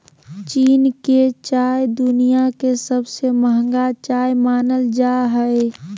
चीन के चाय दुनिया के सबसे महंगा चाय मानल जा हय